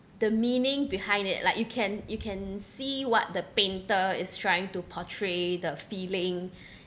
the meaning behind it like you can you can see what the painter is trying to portray the feeling